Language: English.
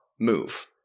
move